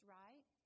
right